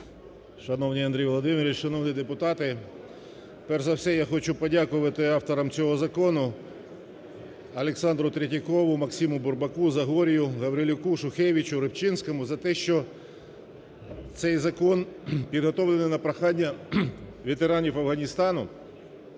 Шановний Андрій Володимирович, шановні депутати! Перш за все, я хочу подякувати авторам цього закону Олександру Третьякову, Максиму Бурбаку, Загорію, Гаврилюку, Шухевичу, Рибчинському за те, що цей закон підготовлений на прохання ветеранів Афганістану